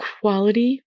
quality